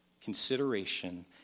consideration